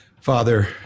Father